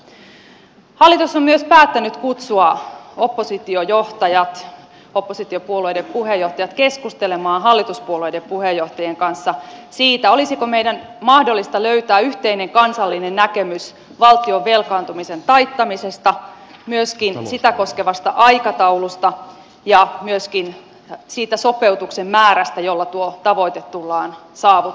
hallitus on myös päättänyt kutsua oppositiojohtajat oppositiopuolueiden puheenjohtajat keskustelemaan hallituspuolueiden puheenjohtajien kanssa siitä olisiko meidän mahdollista löytää yhteinen kansallinen näkemys valtion velkaantumisen taittamisesta myöskin sitä koskevasta aikataulusta ja myöskin siitä sopeutuksen määrästä jolla tuo tavoite tullaan saavuttamaan